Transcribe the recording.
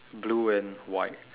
blue and white